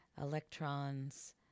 electrons